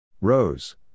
Rose